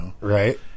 Right